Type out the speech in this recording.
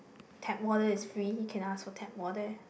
tap water is free you can ask for tap water